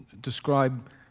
describe